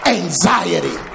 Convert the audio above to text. anxiety